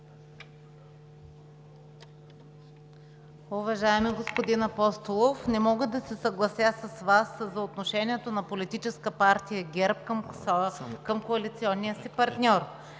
Уважаеми господин Апостолов, не мога да се съглася с Вас за отношението на Политическа партия ГЕРБ към коалиционния си партньор.